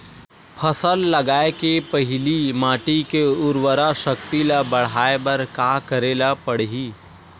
फसल लगाय के पहिली माटी के उरवरा शक्ति ल बढ़ाय बर का करेला पढ़ही?